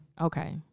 Okay